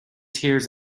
tears